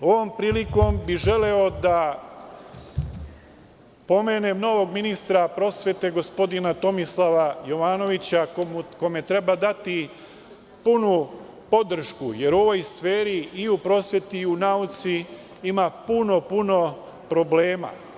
Ovom prilikom bih želeo da pomenem novog ministra prosvete, gospodina Tomislava Jovanovića, kome treba dati punu podršku, jer u ovoj sferi i u prosveti i u nauci ima puno, puno problema.